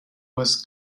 was